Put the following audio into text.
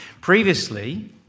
Previously